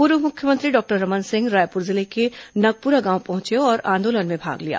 पूर्व मुख्यमंत्री डॉक्टर रमन सिंह रायपुर जिले के नगपुरा गांव पहुंचे और आंदोलन में भाग लिया